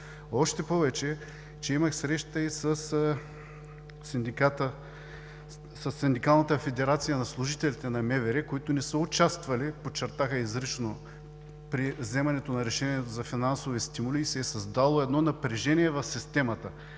Още повече че имах среща и със Синдикалната федерация на служителите на МВР, които не са участвали – подчертаха изрично, при вземането на решения за финансови стимули, и се е създало едно напрежение в системата.